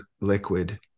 liquid